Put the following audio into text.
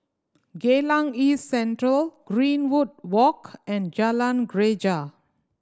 Geylang East Central Greenwood Walk and Jalan Greja